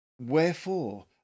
wherefore